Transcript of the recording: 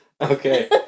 Okay